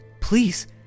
please